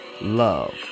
love